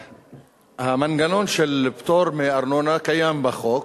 המנגנון של פטור מארנונה קיים בחוק,